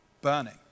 burning